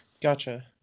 Gotcha